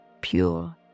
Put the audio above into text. pure